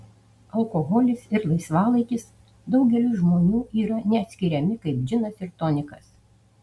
alkoholis ir laisvalaikis daugeliui žmonių yra neatskiriami kaip džinas ir tonikas